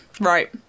Right